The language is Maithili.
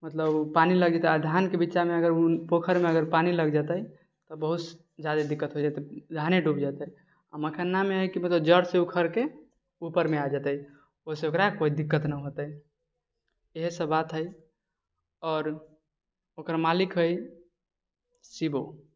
मतलब पानि लग जेतै आओर धानके बिछामे अगर ओ पोखरमे पानि लग जेतै तऽ बहुत जादे दिक्कत हो जेतै धाने डूब जेतै आओर मखानामे है की मतलब जड़सँ ऊखड़के ऊपरमे आबि जेतौ ओइसँ ओकरा कोइ दिक्कत नहि होतै येहे सब बात है आओर ओकर मालिक है शिबो